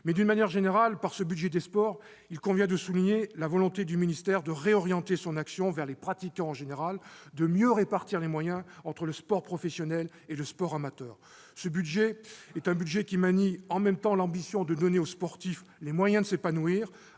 D'une manière générale, avec ce budget des sports, il convient de souligner la volonté du ministère de réorienter son action vers les pratiquants en général, et de mieux répartir les moyens entre le sport professionnel et le sport amateur. Ce budget manie l'ambition « en même temps » de donner aux sportifs les moyens de s'épanouir,